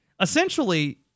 Essentially